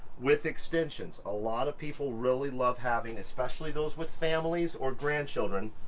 with extensions. a lot of people really love having. especially those with families or grandchildren,